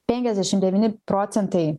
penkiasdešim devyni procentai